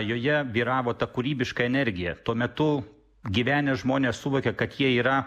joje vyravo ta kūrybiška energija tuo metu gyvenę žmonės suvokė kad jie yra